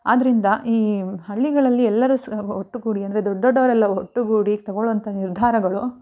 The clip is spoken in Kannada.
ಆದ್ದರಿಂದ ಈ ಹಳ್ಳಿಗಳಲ್ಲಿ ಎಲ್ಲರೂ ಸ್ ಒಟ್ಟುಗೂಡಿ ಅಂದರೆ ದೊಡ್ಡ ದೊಡ್ಡವರೆಲ್ಲ ಒಟ್ಟುಗೂಡಿ ತಗೊಳುವಂಥ ನಿರ್ಧಾರಗಳು